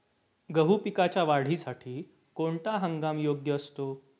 गहू पिकाच्या वाढीसाठी कोणता हंगाम योग्य असतो?